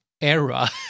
era